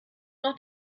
noch